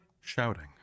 shouting